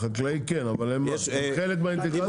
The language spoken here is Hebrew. לחקלאי כן, אבל הם חלק מהאינטגרציה?